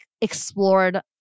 explored